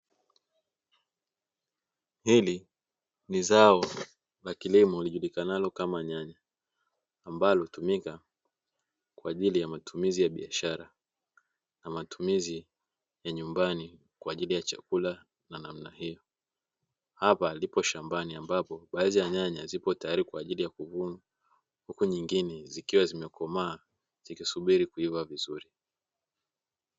Hili ni zao la kilimp liulikanalo kama nyanya, ambalo hutumika kwaajili ya matumizi ya biashara na matumizi ya nyumbani kwa ajili ya chakula na namna hiyo. Hapa lipo shambani ambapo baadhi ya nyanya zipo tayar kwa ajili ya kuvunwa, huku zingine zikiwa zimekomaa zikisubiri kuiva vizuri.